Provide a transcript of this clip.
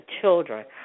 children